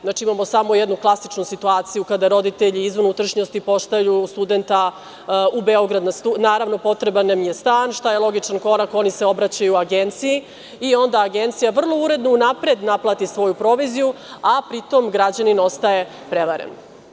Znači, imamo samo jednu klasičnu situaciju kada roditelji iz unutrašnjosti pošalju studenta u Beograd na studije, naravno potreban nam je stan, šta je logičan korak, oni se obraćaju agenciji i onda agencija vrlo uredno unapred naplati svoju proviziju, a pri tom građanin ostaje prevaren.